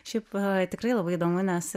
šiaip tikrai labai įdomu nes